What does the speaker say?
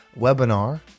webinar